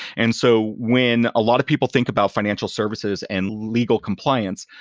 and so when a lot of people think about financial services and legal compliance,